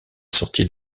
sortie